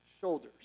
shoulders